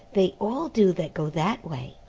they all do that go that way.